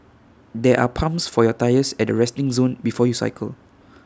there are pumps for your tyres at the resting zone before you cycle